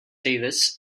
davis